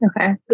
Okay